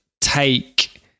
take